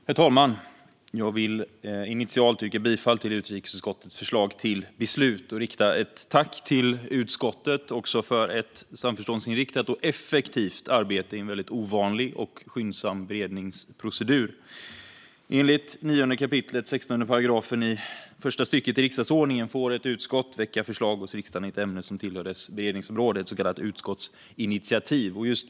Herr talman! Jag vill initialt yrka bifall till utrikesutskottets förslag till beslut. Jag vill också rikta ett tack till utskottet för ett samförståndsinriktat och effektivt arbete i en väldigt ovanlig och skyndsam beredningsprocedur. Enligt 9 kap. 16 § första stycket riksdagsordningen får ett utskott väcka förslag hos riksdagen i ett ämne som tillhör dess beredningsområde, ett så kallat utskottsinitiativ.